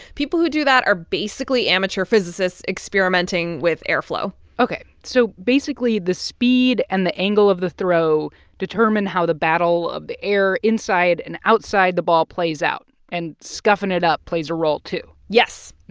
people who do that are basically amateur physicists experimenting with airflow ok. so basically, the speed and the angle of the throw determine how the battle of the air inside and outside the ball plays out. and scuffing it up plays a role, too yes.